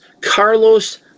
carlos